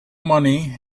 money